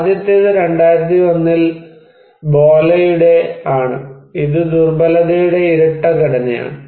ആദ്യത്തേത് 2001 ൽ ബോലെയുടെ ആണ് ഇത് ദുർബലതയുടെ ഇരട്ട ഘടനയാണ്